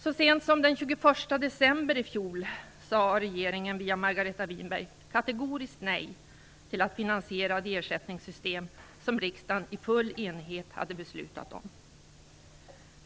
Så sent som den 21 december i fjol sade regeringen via Margareta Winberg kategoriskt nej till att finansiera ett ersättningssystem som riksdagen i full enighet hade beslutat om.